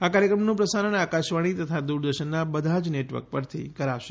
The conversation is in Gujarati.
આ કાર્યક્રમનું પ્રસારણ આકાશવાણી તથા દૂરદર્શનના બધા જ નેટવર્ક પરથી કરશે